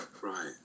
Right